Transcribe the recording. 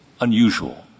unusual